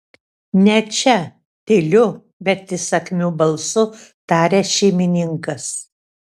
ne čia tyliu bet įsakmiu balsu taria šeimininkas